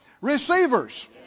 receivers